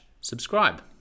subscribe